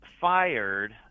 fired